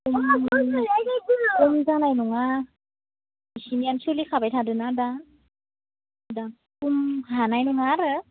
खम जानाय नङा इसेखिनियानो सोलिखाबाय थादों ना दा दा खम हानाय नङा आरो